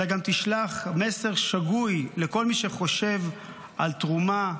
אלא גם תשלח מסר שגוי לכל מי שחושב על תרומה למדינה,